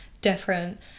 different